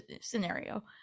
scenario